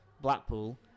Blackpool